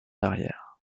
arrière